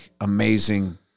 amazing